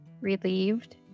relieved